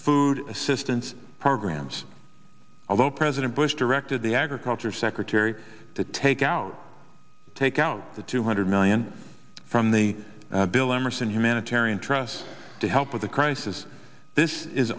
food assistance programs although president bush directed the agriculture secretary to take out take out the two hundred million from the bill emerson humanitarian trust to help with the crisis this is